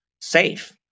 safe